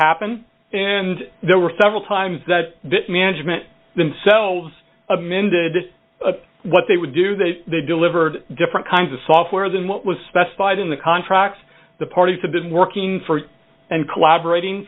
happen and there were several times that the management themselves amended what they would do that they delivered different kinds of software than what was specified in the contracts the parties have been working for and collaborat